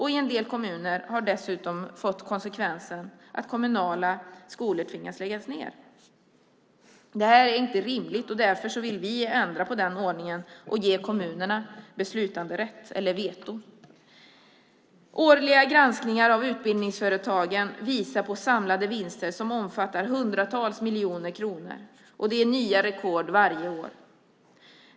I en del kommuner har det dessutom fått konsekvensen att kommunala skolor tvingas lägga ned. Detta är inte rimligt. Därför vill vi ändra på den ordningen och ge kommunerna beslutanderätten. Årliga granskningar av utbildningsföretagen visar på samlade vinster som omfattar hundratals miljoner kronor, och det är nya rekord varje år.